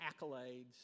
accolades